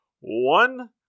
one